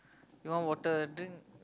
you want water drink